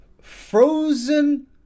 frozen